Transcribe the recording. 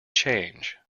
change